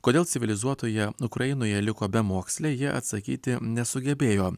kodėl civilizuotoje ukrainoje liko bemokslė ji atsakyti nesugebėjo